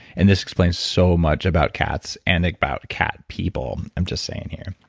and this explains so much about cats and about cat people, i'm just saying here.